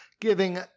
giving